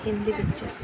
Hindi picture